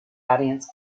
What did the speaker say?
audience